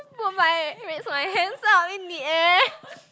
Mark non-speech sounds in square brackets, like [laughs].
put my raise my hands up in the air [laughs]